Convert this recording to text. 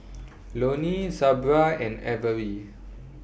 Loney Sabra and Averie